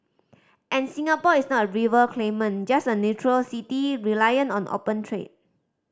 and Singapore is not a rival claimant just a neutral city reliant on open trade